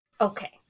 Okay